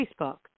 Facebook